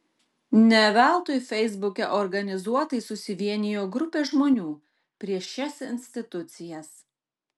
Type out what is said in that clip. ne veltui feisbuke organizuotai susivienijo grupė žmonių prieš šias institucijas